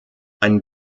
einen